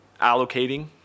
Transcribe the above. allocating